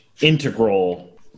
integral